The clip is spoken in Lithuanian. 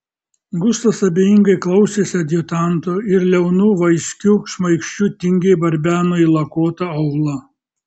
gustas abejingai klausėsi adjutanto ir liaunu vaiskiu šmaikščiu tingiai barbeno į lakuotą aulą